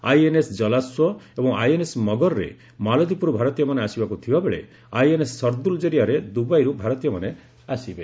INS Jalashwa ଏବଂ INS ମଗରରେ ମାଳଦ୍ୱୀପରୁ ଭାରତୀୟମାନେ ଆସିବାକୁ ଥିବାବେଳେ ଆଇଏନ୍ଏସ୍ ସରଦୂଲ ଜରିଆରେ ଦୁବାଇରୁ ଭାରତୀୟମାନେ ଆସିବେ